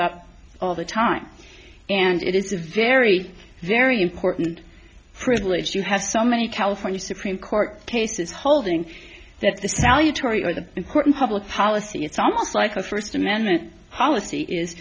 up all the time and it is a very very important privilege to have so many california supreme court cases holding that the salutary or the important public policy it's almost like a first amendment policy is